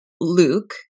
Luke